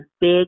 big